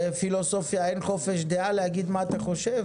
בפילוסופיה אין חופש דעה להגיד מה אתה חושב?